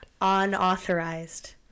unauthorized